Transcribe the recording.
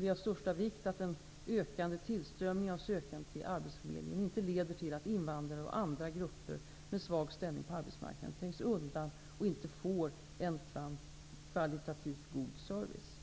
Det är av största vikt att den ökande tillströmningen av sökande till arbetsförmedlingen inte leder till att invandrare och andra grupper med svag ställning på arbetsmarknaden trängs undan och inte får en kvalitativt god service.